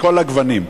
מכל הגוונים,